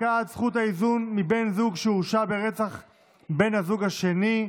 הפקעת זכות האיזון מבין זוג שהורשע ברצח בן הזוג השני),